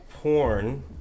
Porn